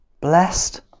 blessed